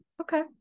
Okay